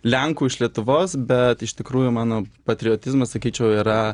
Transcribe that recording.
lenku iš lietuvos bet iš tikrųjų mano patriotizmas sakyčiau yra